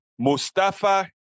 Mustafa